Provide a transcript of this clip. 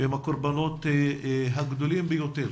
שהם הקורבנות הגדולים ביותר